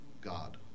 God